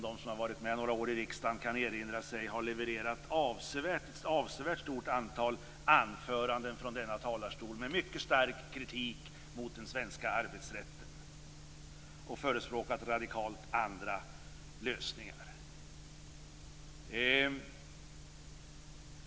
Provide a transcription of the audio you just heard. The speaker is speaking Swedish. De som har varit med i riksdagen några år kan erinra sig att hon levererade ett avsevärt stort antal anföranden från denna talarstol med mycket stark kritik mot den svenska arbetsrätten, och hon förespråkade radikalt andra lösningar.